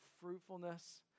fruitfulness